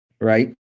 Right